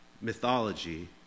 mythology